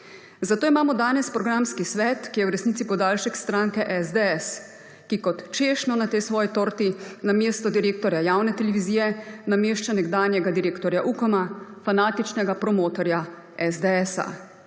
Zato imamo danes programski svet, ki je v resnici podaljšek stranke SDS, ki kot češnjo na tej svoji torti na mesto direktorja javne televizije namešča nekdanjega direktorja Ukoma, fanatičnega promotorja SDS.